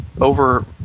over